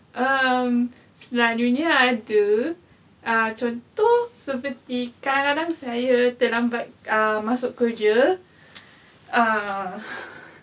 um selalunya ada ah contoh seperti kadang-kadang aku terlambat ah masuk kerja ah